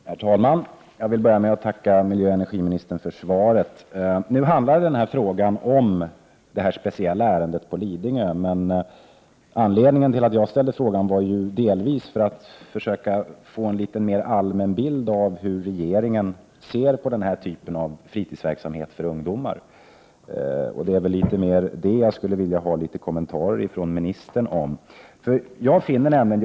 Herr talman! Jag vill börja med att tacka miljöoch energiministern för svaret. Nu handlade den här frågan om just ärendet på Lidingö. Anledningen till att jag ställde frågan var ju delvis att jag ville få en mer allmän bild av hur regeringen uppfattar denna typ av fritidsverksamhet för ungdomar. Jag skulle vilja att ministern kommenterade detta något.